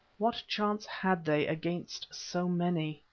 what chance had they against so many?